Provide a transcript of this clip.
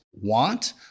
want